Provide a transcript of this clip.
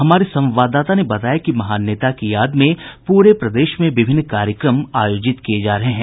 हमारे संवाददाता ने बताया कि महान नेता की याद में पूरे प्रदेश में विभिन्न कार्यक्रम आयोजित किये जा रहे हैं